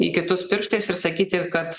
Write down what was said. į kitus pirštais ir sakyti kad